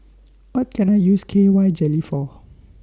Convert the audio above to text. What Can I use K Y Jelly For